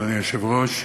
אדוני היושב-ראש,